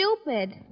stupid